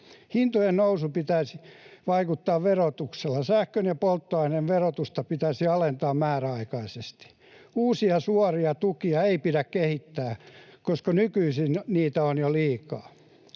Hintojen nousuun pitäisi vaikuttaa verotuksella. Sähkön ja polttoaineen verotusta pitäisi alentaa määräaikaisesti. Uusia suoria tukia ei pidä kehittää, koska nykyisin niitä on jo liikaa.